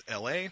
LA